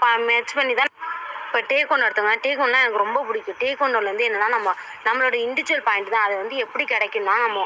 ப மெர்ஜ் பண்ணி தான் இப்போ டேக் ஒன் எடுத்துக்கோங்க டேக் ஒன்னாக எனக்கு ரொம்ப பிடிக்கும் டேக் ஒன்றுல வந்து என்னென்னா நம்ம நம்பளுடைய இண்டிஜுவல் பாய்ண்ட் தான் அது வந்து எப்படி கிடைக்குனா நம்ம